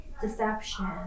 deception